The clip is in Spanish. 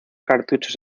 cartuchos